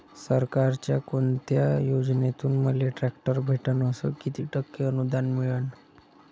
सरकारच्या कोनत्या योजनेतून मले ट्रॅक्टर भेटन अस किती टक्के अनुदान मिळन?